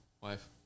wife